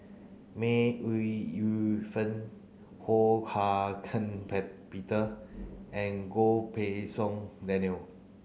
May Ooi Yu Fen Ho Hak Ean Peter and Goh Pei Siong Daniel